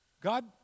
God